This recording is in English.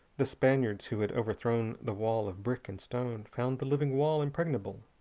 the spaniards, who had overthrown the wall of brick and stone, found the living wall impregnable.